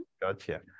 gotcha